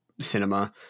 cinema